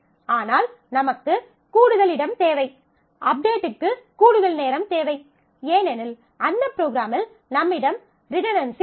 ஆனால் நமக்கு கூடுதல் இடம் தேவை அப்டேட்க்கு கூடுதல் நேரம் தேவை ஏனெனில் அந்த ப்ரோக்ராமில் நம்மிடம் ரிடன்டன்சி உள்ளது